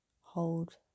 hold